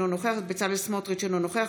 אינו נוכח בצלאל סמוטריץ' אינו נוכח